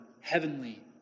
heavenly